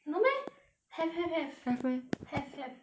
have have have have meh have have